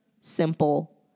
simple